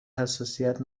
حساسیت